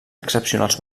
excepcionals